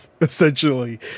Essentially